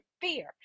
fear